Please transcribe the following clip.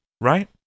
right